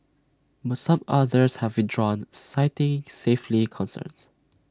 but some others have withdrawn citing safely concerns